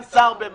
סגן שר יטפל בזה.